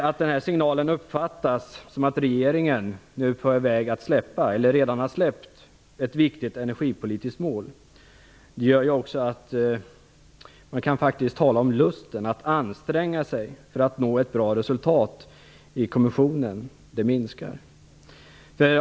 Att den signalen uppfattas som att regeringen nu är på väg att släppa eller redan har släppt ett viktigt energipolitiskt mål gör också att lusten att anstränga sig att nå ett bra resultat i kommissionen minskar.